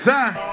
Side